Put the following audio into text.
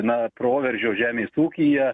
na proveržio žemės ūkyje